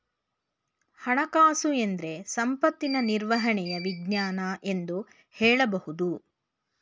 ಹಣಕಾಸುಎಂದ್ರೆ ಸಂಪತ್ತಿನ ನಿರ್ವಹಣೆಯ ವಿಜ್ಞಾನ ಎಂದು ಹೇಳಬಹುದು